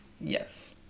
Yes